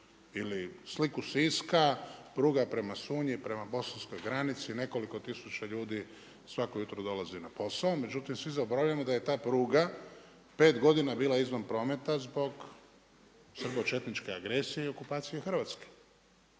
Ili sliku Siska, pruga prema Sunji, prema bosanskoj granici, nekoliko tisuća ljudi, svako jutro dolazi na posao, međutim, svi zaboravljamo da je ta pruga 5 godina bila izvan prometa zbog srbočetničke agresije i okupacije Hrvatske.